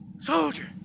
Soldier